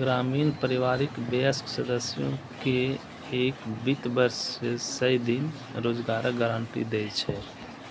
ग्रामीण परिवारक वयस्क सदस्य कें एक वित्त वर्ष मे सय दिन रोजगारक गारंटी दै छै